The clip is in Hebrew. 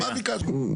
מה ביקשנו?